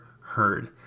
heard